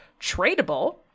tradable